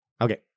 Okay